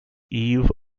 eve